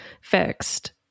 fixed